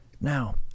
Now